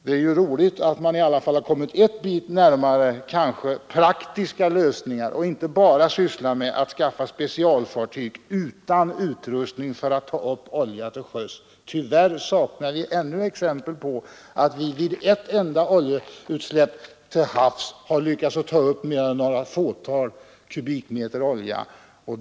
Det är roligt att man i alla fall har kommit en bit närmare praktiska lösningar och inte bara sysslar med att skaffa specialfartyg utan utrustning för att ta upp olja till sjöss. Tyvärr saknar vi ännu exempel på att man vid något enda oljeutsläpp till havs har lyckats ta upp mer än ett fåtal kubikmeter olja.